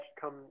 come